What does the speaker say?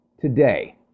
today